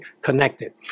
connected